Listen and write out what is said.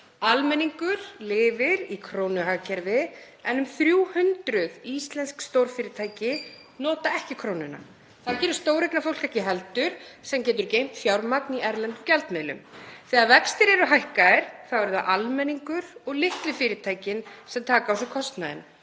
Almenningur lifir í krónuhagkerfi en um 300 íslensk stórfyrirtæki nota ekki krónuna. Það gerir stóreignafólk ekki heldur, sem getur geymt fjármagn í erlendum gjaldmiðlum. Þegar vextir eru hækkaðir eru það almenningur og litlu fyrirtækin sem taka á sig kostnaðinn.